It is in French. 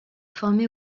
formé